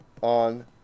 on